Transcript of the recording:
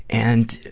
and.